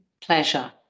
Pleasure